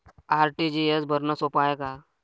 RTGS भरनं सोप हाय का?